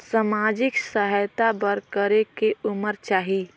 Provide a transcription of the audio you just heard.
समाजिक सहायता बर करेके उमर चाही?